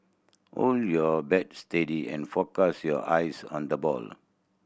hold your bat steady and focus your eyes on the ball